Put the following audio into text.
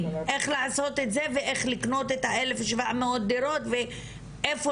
איך לעשות את זה ואיך לקנות את ה-1700 דירות ואיפה